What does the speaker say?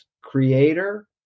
creator